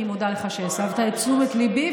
אני מודה לך שהסבת את תשומת ליבי,